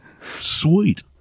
sweet